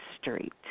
Street